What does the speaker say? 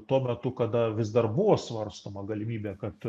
tuo metu kada vis dar buvo svarstoma galimybė kad